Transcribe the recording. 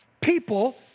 people